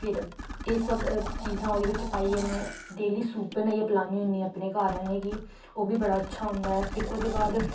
ते फिर सब्ब चीजां ओह्दे बिच्च पाइयै ते में डेली सूप बनाइयै पलान्नी होन्नी आं अपने घर आह्लें गी ओह् बी बड़ा अच्छा होंदा ऐ फिर ओह्दे बाद